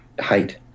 height